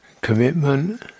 commitment